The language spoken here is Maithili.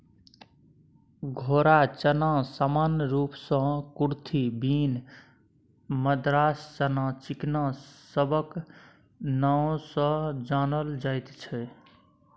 घोड़ा चना सामान्य रूप सँ कुरथी, बीन, मद्रास चना, चिकना सबक नाओ सँ जानल जाइत छै